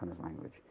language